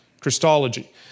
Christology